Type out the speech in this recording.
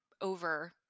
over